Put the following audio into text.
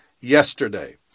yesterday